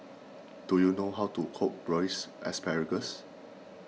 do you know how to cook Braised Asparagus